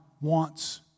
wants